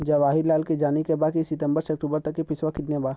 जवाहिर लाल के जाने के बा की सितंबर से अक्टूबर तक के पेसवा कितना बा?